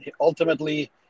Ultimately